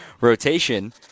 rotation